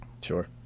Sure